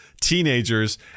teenagers